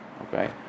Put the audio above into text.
Okay